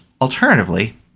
alternatively